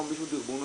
או דרבון,